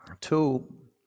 Two